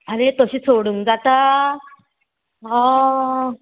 आरे तशी सोडूंक जाता हय